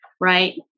right